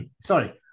sorry